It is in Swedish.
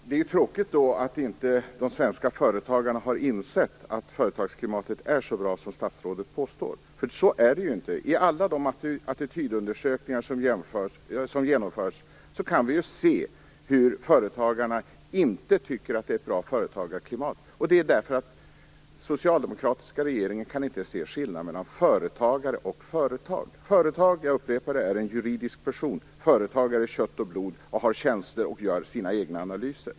Herr talman! Det är tråkigt att de svenska företagarna inte har insett att företagsklimatet är så bra som statsrådet påstår. Så är det inte. I alla de attitydundersökningar som genomförs kan vi se att företagarna inte tycker att det är ett bra företagarklimat. Det beror på att den socialdemokratiska regeringen inte kan se skillnaden mellan företagare och företag. Ett företag är en juridisk person. Företagare är kött och blod, har känslor och gör sina egna analyser.